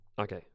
okay